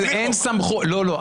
לא.